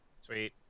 sweet